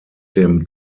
dem